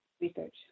research